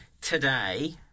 Today